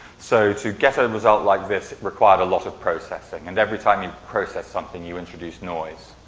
so, to get a result like this, it required a lot of processing. and every time you process something, you introduce noise.